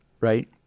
Right